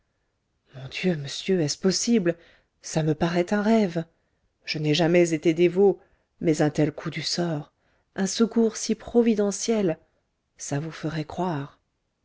mon dieu monsieur est-ce possible ça me paraît un rêve je n'ai jamais été dévot mais un tel coup du sort un secours si providentiel ça vous ferait croire